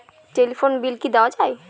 Telephone bill কি দেওয়া যায়?